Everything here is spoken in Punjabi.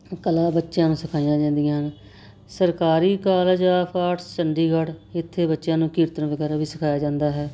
ਕਲਾ ਬੱਚਿਆਂ ਨੂੰ ਸਿਖਾਈਆ ਜਾਂਦੀਆਂ ਹਨ ਸਰਕਾਰੀ ਕਾਲਜ ਆਫ ਆਰਟਸ ਚੰਡੀਗੜ੍ਹ ਇੱਥੇ ਬੱਚਿਆਂ ਨੂੰ ਕੀਰਤਨ ਵਗੈਰਾ ਵੀ ਸਿਖਾਇਆ ਜਾਂਦਾ ਹੈ